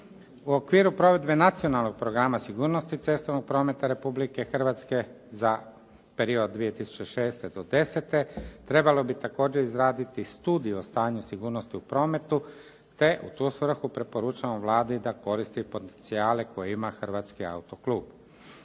U okviru provedbe Nacionalnog programa sigurnosti cestovnog prometa Republike Hrvatske za period od 2006. do 2010. trebalo bi također izraditi studiju o stanju sigurnosti u prometu te u tu svrhu preporučamo Vladi da koristi potencijale koje ima Hrvatski autoklub.